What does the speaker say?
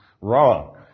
wrong